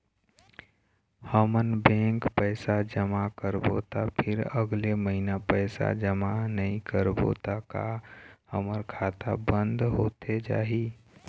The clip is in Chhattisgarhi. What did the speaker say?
हमन बैंक पैसा जमा करबो ता फिर अगले महीना पैसा जमा नई करबो ता का हमर खाता बंद होथे जाही?